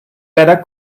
better